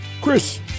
Chris